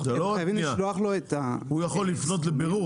הוא יכול לפנות לבירור,